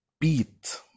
beat